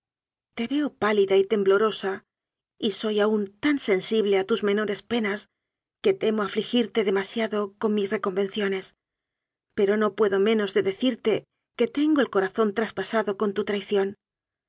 te veo pálida y temblorosa y soy aún tan sensible a tus menores penas que temo afligirte demasiado con mis reconvenciones pero no puedo menos de decirte que tengo el co razón traspasado con tu traición